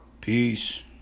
Peace